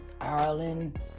Ireland